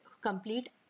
complete